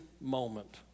moment